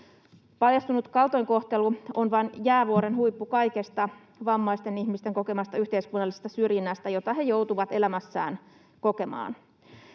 Paljastunut kaltoinkohtelu on vain jäävuoren huippu kaikesta vammaisten ihmisten kokemasta yhteiskunnallisesta syrjinnästä, jota he joutuvat elämässään kokemaan.